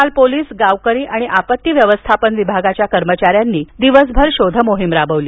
काल पोलिस गावकरी आणि आपत्ती व्यवस्थापन विभागाच्या कर्मचाऱ्यांनी दिवसभर शोधमोहीम राबविली